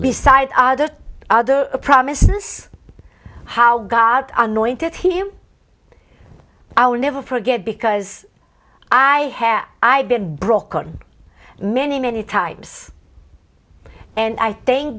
besides other other promises how god anointed him i'll never forget because i care i've been broken many many times and i thank